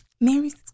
Mary's